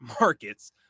markets